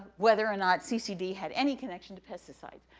whether or not ccd had any connection to pesticides.